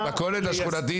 המכולת השכונתית,